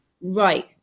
Right